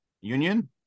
Union